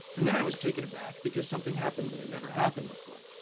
and then i was taken aback because something happened that had never happened before.